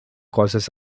causes